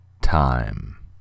time